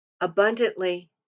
abundantly